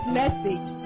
message